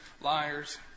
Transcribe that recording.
liars